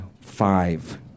five